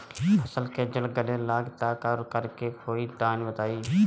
फसल के जड़ गले लागि त का करेके होई तनि बताई?